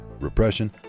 repression